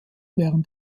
während